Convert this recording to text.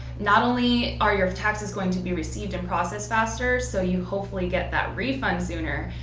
not only are your taxes going to be received and processed faster, so you hopefully get that refund sooner,